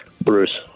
Bruce